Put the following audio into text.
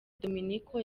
dominiko